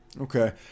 Okay